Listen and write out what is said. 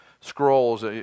scrolls